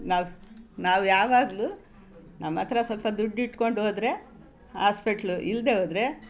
ನಾವು ನಾವು ಯಾವಾಗಲೂ ನಮ್ಮ ಹತ್ರ ಸ್ವಲ್ಪ ದುಡ್ಡಿಟ್ಕೊಂಡು ಹೋದ್ರೆ ಆಸ್ಪಿಟ್ಲು ಇಲ್ಲದೇ ಹೋದ್ರೆ